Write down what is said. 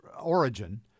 origin